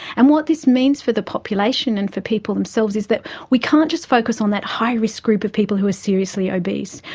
and what this means for the population and for people themselves is that we can't just focus on that high risk group of people who are seriously obese,